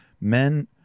men